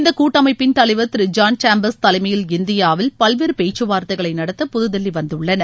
இந்தக் கூட்டமைப்பின் தலைவர் திரு ஜான் சேம்பர்ஸ் தலைமையில் இந்தியாவில் பல்வேறு பேச்சுவார்த்தைகளை நடத்த புதுதில்லி வந்துள்ளனர்